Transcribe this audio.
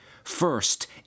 First